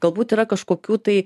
galbūt yra kažkokių tai